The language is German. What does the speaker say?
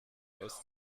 aus